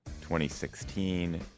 2016